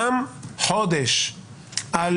גם חודש על